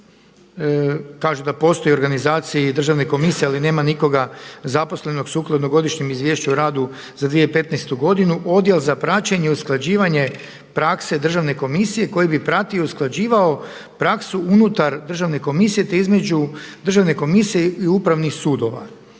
kažu da postoji organizacije i državne komisije ali nema nikoga zaposlenog sukladno godišnjem izvješću o radu za 2015. godinu odjel za praćenje, usklađivanje prakse državne komisije koji bi pratio i usklađivao praksu unutar Državne komisije te između Državne komisije i upravnih sudova,